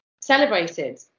celebrated